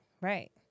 Right